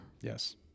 Yes